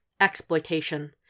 Exploitation